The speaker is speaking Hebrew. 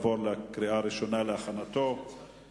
להבא אדוני ישים לב.